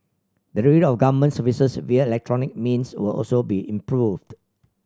delivery of government services via electronic means will also be improved